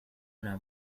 una